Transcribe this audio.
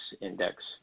index